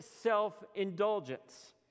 self-indulgence